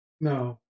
No